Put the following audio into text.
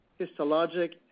histologic